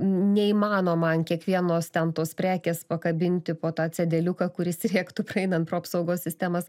neįmanoma an kiekvienos ten tos prekės pakabinti po tą cedeliuką kuris rėktų praeinant pro apsaugos sistemas